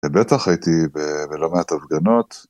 בטח הייתי בלא מעט התפגנות